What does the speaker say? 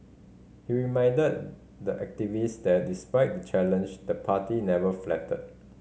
he reminded the activist that despite the challenge the party never faltered